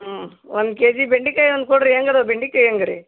ಹ್ಞೂ ಒಂದು K G ಬೆಂಡೆಕಾಯ್ ಒಂದು ಕೊಡಿರಿ ಹೆಂಗ್ ಇದಾವ್ ಬೆಂಡೆಕಾಯಿ ಹೆಂಗ್ ರೀ